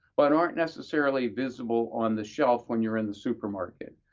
but aren't necessarily visible on the shelf when you're in the supermarket,